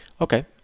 okay